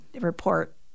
report